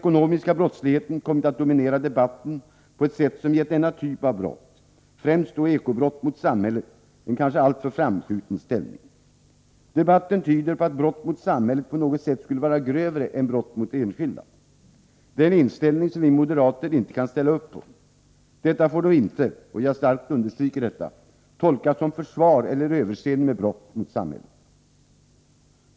ekonomiska brottsligheten kommit att dominera debatten på ett sätt som gett denna typ av brott — främst då eko-brott mot samhället — en kanske alltför framskjuten ställning. Debatten tyder på att brott mot samhället på något sätt skulle vara grövre än brott mot enskilda. Det är en inställning som vi moderater inte kan ställa upp på. Detta får dock icke — och jag understryker detta starkt — tolkas som ett försvar för eller ett överseende med brott mot samhället.